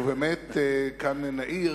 כאן נעיר